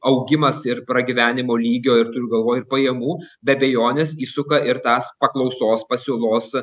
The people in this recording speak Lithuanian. augimas ir pragyvenimo lygio ir turiu galvoj ir pajamų be abejonės įsuka ir tas paklausos pasiūlos